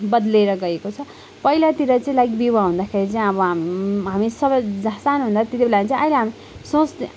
बद्लिएर गएको छ पहिलातिर चाहिँ लाइक विवाह हुदाँखेरि चाहिँ अब हाम हामी सबै सानो हुँदा त्यतिबेला अहिले हामी सोच्थ्यो